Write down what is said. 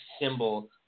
symbol